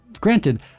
Granted